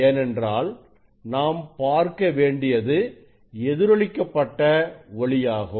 ஏனென்றால் நாம் பார்க்க வேண்டியது எதிரொளிக்கப்பட்ட ஒளியாகும்